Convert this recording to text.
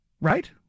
Right